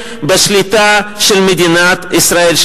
בשליטה של מדינת ישראל,